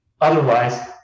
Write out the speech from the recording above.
Otherwise